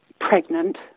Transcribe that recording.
pregnant